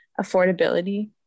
affordability